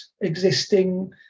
existing